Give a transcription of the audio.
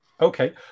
Okay